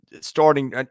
Starting